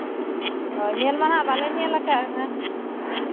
ᱧᱮᱞ ᱢᱟᱦᱟᱸᱜ ᱵᱟᱞᱮ ᱧᱮᱞ ᱠᱟᱜᱼᱟ